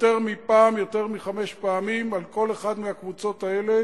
יותר מחמש פעמים על כל אחת מהקבוצות האלה